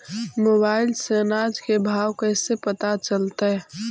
Mobile से अनाज के भाव कैसे पता चलतै?